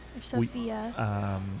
Sophia